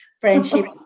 friendship